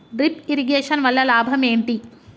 Drip irrigation వల్ల లాభం ఏంటి?